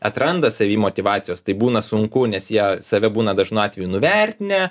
atranda savy motyvacijos tai būna sunku nes jie save būna dažnu atveju nuvertinę